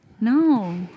No